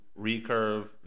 Recurve